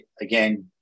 Again